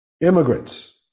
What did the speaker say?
Immigrants